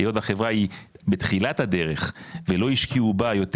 היות החברה היא בתחילת הדרך ולא השקיעו בה יותר